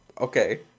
Okay